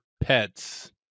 pets